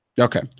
Okay